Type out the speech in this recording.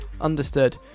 understood